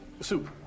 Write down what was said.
Soup